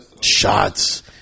shots